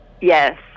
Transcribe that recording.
Yes